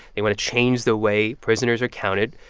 they want to change the way prisoners are counted.